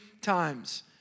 times